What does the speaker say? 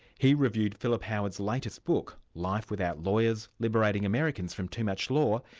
he reviewed philip howard's latest book life without lawyers liberating americans from too much law,